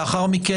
לאחר מכן,